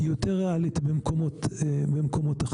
היא יותר ריאלית במקומות אחרים,